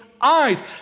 eyes